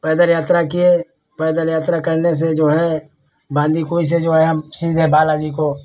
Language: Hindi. पैदल यात्रा किए पैदल यात्रा करने से जो है बांदीकुई से जो है हम सीधे बाला जी को